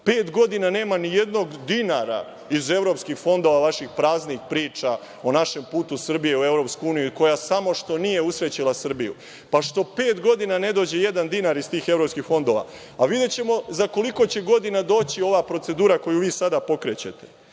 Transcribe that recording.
godina nema nijednog dinara iz evropskih fondova, vaših praznih priča o našem putu Srbije u EU, koja samo što nije usrećila Srbiju. Što pet godina ne dođe jedan dinar iz tih evropskih fondova? Videćemo za koliko godina će doći ova procedura koju vi sada pokrećete,